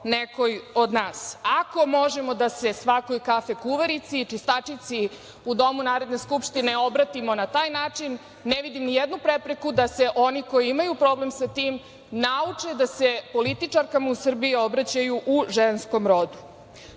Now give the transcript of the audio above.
nekoj od nas. Ako možemo da se svakoj kafe-kuvarici i čistačici u Domu Narodne skupštine obratimo na taj način, ne vidim nijednu prepreku da se oni koji imaju problem sa tim nauče da se političarkama u Srbiji obraćaju u ženskom rodu. Nakon